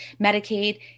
Medicaid